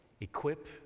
equip